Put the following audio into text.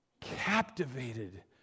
Captivated